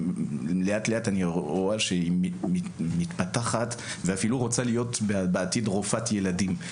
ולאט לאט אני רואה שהיא מתפתחת ואפילו רוצה להיות בעתיד רופאת ילדים,